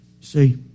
See